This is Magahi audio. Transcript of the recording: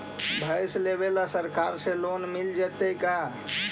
भैंस लेबे ल सरकार से लोन मिल जइतै का?